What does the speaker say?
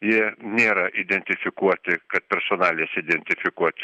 jie nėra identifikuoti kad personalas identifikuot